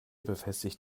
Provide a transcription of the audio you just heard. befestigt